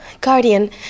Guardian